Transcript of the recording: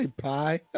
pie